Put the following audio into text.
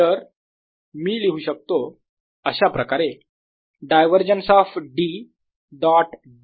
तर मी लिहू शकतो अशाप्रकारे divergence of D dot ds